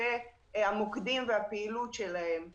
בנושא המוקדים והפעילות שלהם.